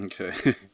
Okay